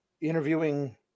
interviewing